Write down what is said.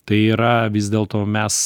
tai yra vis dėlto mes